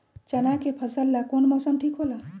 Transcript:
चाना के फसल ला कौन मौसम ठीक होला?